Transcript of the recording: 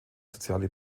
soziale